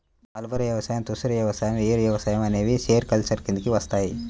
mulberry వ్యవసాయం, తుసర్ వ్యవసాయం, ఏరి వ్యవసాయం అనేవి సెరికల్చర్ కిందికి వస్తాయి